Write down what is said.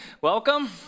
welcome